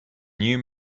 new